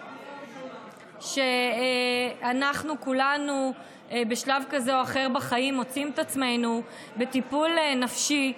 אנחנו כולנו בשלב כזה או אחר בחיים מוצאים את עצמנו בטיפול נפשי,